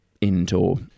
indoor